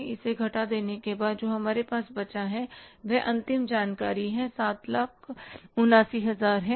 इसलिए इसे घटा देने के बाद जो हमारे पास बचा है वह अंतिम जानकारी है 779000 है